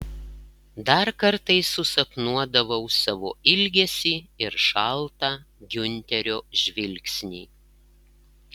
dar kartais susapnuodavau savo ilgesį ir šaltą giunterio žvilgsnį